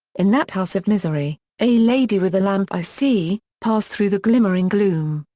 in that house of misery a lady with a lamp i see pass through the glimmering gloom,